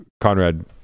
Conrad